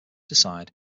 decide